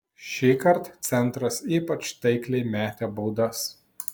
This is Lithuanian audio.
šįkart centras ypač taikliai metė baudas